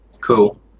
Cool